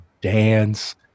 dance